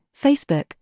Facebook